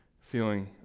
feeling